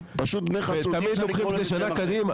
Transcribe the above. ותמיד לוקחים את זה שנה קדימה.